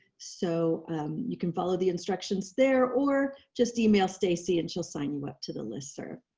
so you can follow the instructions there or just email stacey and she'll sign you up to the listserv.